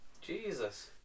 Jesus